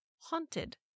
Haunted